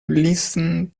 listen